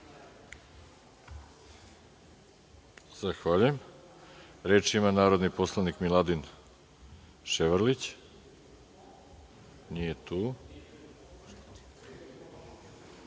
Zahvaljujem. Reč ima narodni poslanik Miladin Ševrlić. (Nije